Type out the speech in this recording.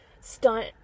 stunt